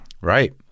Right